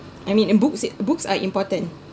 I mean in books books are important